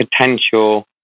potential